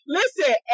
Listen